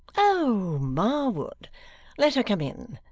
oh, marwood let her come in.